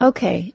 Okay